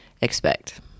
expect